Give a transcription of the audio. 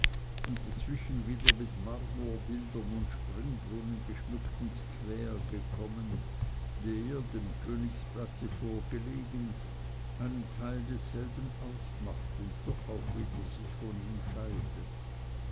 und dazwischen wieder mit marmorbildern und springbrunnen geschmückten square gekommen der dem königsplatze vorgelegen einen teil desselben ausmacht und doch auch wieder sich von ihm scheidet